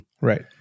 Right